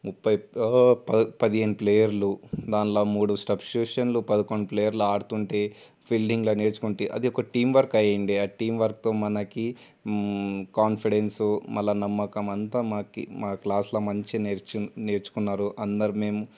ముప్ఫై పది పదిహేను ప్లేయర్లు దానిలో మూడు సబ్స్టిట్యూషన్లు పదకొండు ప్లేయర్లు ఆడుతూ ఉంటే ఫీల్డింగ్లో నేర్చుకుంటే అది ఒక టీమ్వర్క్ అయి ఉండేది ఆ టీమ్వర్క్తో మనకి కన్ఫిడెన్స్ మళ్ళీ నమ్మకం అంతా మనకి మా క్లాస్లో మంచిగా నేర్చు నేర్చుకున్నారు అందరూ మేము